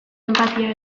enpatia